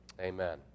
amen